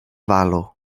valo